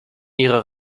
ihre